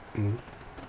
mmhmm